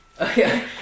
Okay